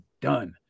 done